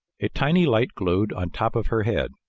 a tiny light glowed on top of her head.